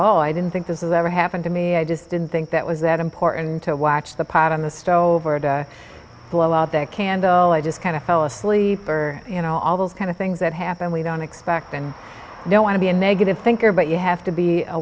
all i didn't think this is ever happened to me i just didn't think that was that important to watch the pot on the stove or die cando i just kind of fell asleep or you know all those kind of things that happen we don't expect and don't want to be a negative thinker but you have to be a